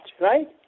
right